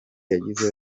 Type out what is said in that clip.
yagize